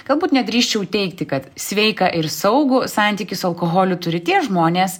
galbūt nedrįsčiau teigti kad sveiką ir saugų santykį su alkoholiu turi tie žmonės